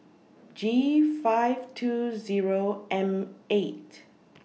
G five two Zero M eight